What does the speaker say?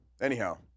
anyhow